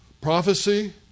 Prophecy